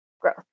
Growth